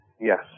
yes